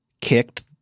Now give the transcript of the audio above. kicked